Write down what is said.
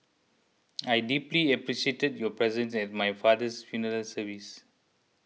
I deeply appreciated your presence at my father's funeral service